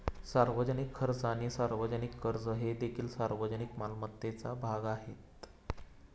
सार्वजनिक खर्च आणि सार्वजनिक कर्ज हे देखील सार्वजनिक मालमत्तेचा भाग आहेत